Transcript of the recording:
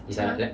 uh